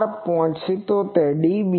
77 dB છે